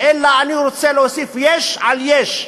אלא אני רוצה להוסיף יש על יש,